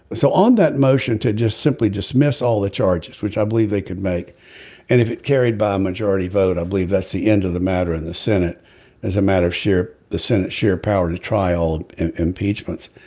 so on that motion to just simply dismiss all the charges which i believe they could make and if it carried by a majority vote i believe that's the end of the matter in the senate as a matter of sheer the senate share power to trial impeachment.